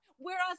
Whereas